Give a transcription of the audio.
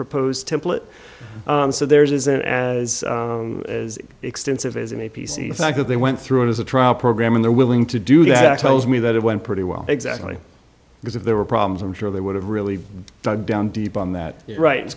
proposed template so there isn't as extensive as an a p c the fact that they went through it as a trial program and they're willing to do that tells me that it went pretty well exactly because if there were problems i'm sure they would have really dug down deep on that right